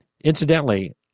Incidentally